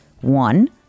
One